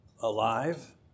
alive